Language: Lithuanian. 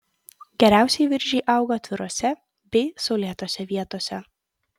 geriausiai viržiai auga atvirose bei saulėtose vietose